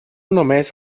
només